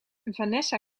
vanessa